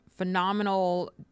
phenomenal